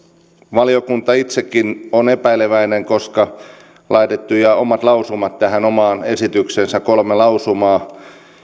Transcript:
valiokunta itsekin on epäileväinen koska on laittanut omat lausumat tähän omaan esitykseensä kolme lausumaa